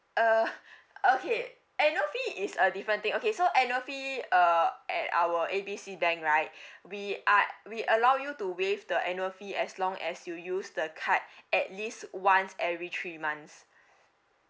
uh okay annual fee is a different thing okay so annual fee uh at our A B C bank right we are we allow you to waive the annual fee as long as you use the card at least once every three months